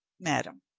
madame,